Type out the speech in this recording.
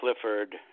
Clifford